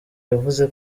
yavuze